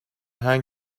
هنگ